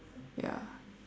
ya